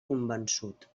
convençut